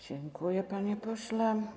Dziękuję, panie pośle.